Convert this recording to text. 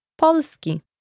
polski